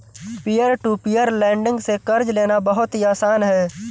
peer to peer lending से कर्ज लेना बहुत ही आसान है